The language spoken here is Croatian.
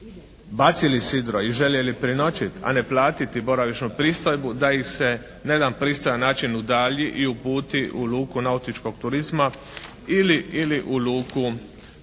bacili sidro i željeli prenoćiti, a ne platiti boravišnu pristojbu da ih se na jedan pristojan način udalji i uputi u luku nautičkog turizma ili u luku